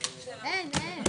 15:50.